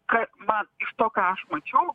ką man iš to ką aš mačiau